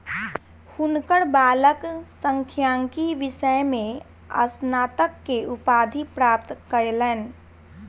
हुनकर बालक सांख्यिकी विषय में स्नातक के उपाधि प्राप्त कयलैन